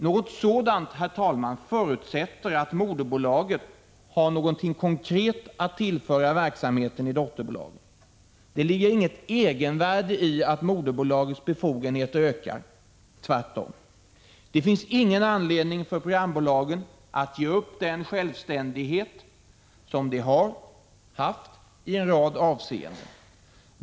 Något sådant, herr talman, förutsätter bl.a. att moderbolaget har någonting konkret att tillföra verksamheten i dotterbolagen. Det ligger inget egenvärde i att moderbolagets befogenheter ökar —-tvärtom. Det finns ingen anledning för programbolagen att ge upp den självständighet som de har haft i en rad avseenden.